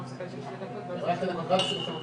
נאלצת לשלוח את כולם לדרכם שבוע אחר שבוע.